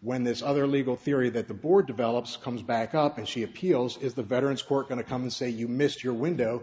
when this other legal theory that the board develops comes back up and she appeals is the veterans court going to come and say you missed your window